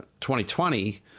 2020